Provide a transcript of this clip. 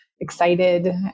excited